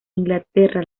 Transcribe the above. inglaterra